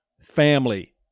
family